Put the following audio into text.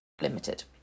Limited